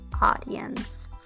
audience